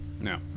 No